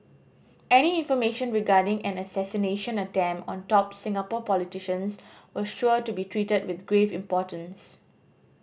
any information regarding an assassination attempt on top Singapore politicians was sure to be treated with grave importance